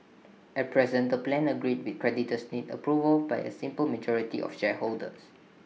at present the plan agreed with creditors needs approval by A simple majority of shareholders